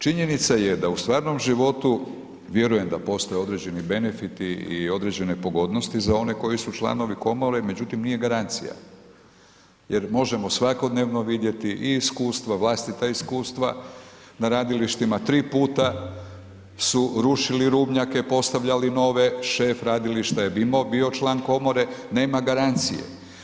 Činjenica je da u stvarnom životu vjerujem da postoje određeni benefiti i određene pogodnosti za one koji su članovi komore, međutim nije garancija jer možemo svakodnevno vidjeti i iskustva, vlastita iskustva na radilištima, 3 puta su rušili rubnjake, postavljali nove, šef radilišta je bio član komore, nema garancije.